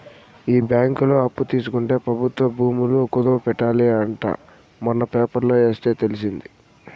ఈ బ్యాంకులో అప్పు తీసుకుంటే ప్రభుత్వ భూములు కుదవ పెట్టాలి అంట మొన్న పేపర్లో ఎస్తే తెలిసింది